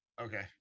Okay